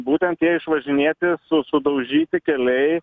būtent tie išvažinėti su sudaužyti keliai